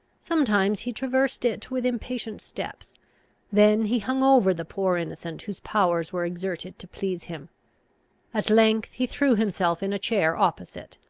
sometimes he traversed it with impatient steps then he hung over the poor innocent whose powers were exerted to please him at length he threw himself in a chair opposite,